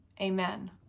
amen